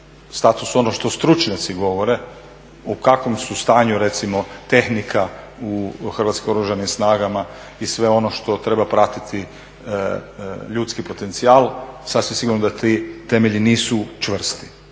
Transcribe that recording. statusu ono što stručnjaci govore u kakvom su stanju recimo tehnika u Hrvatskim oružanim snagama i sve ono što treba pratiti ljudski potencijal sasvim sigurno da ti temelji nisu čvrsti